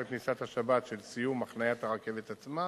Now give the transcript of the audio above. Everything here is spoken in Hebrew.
את כניסת השבת של סיום הנחיית הרכבת עצמה.